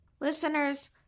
Listeners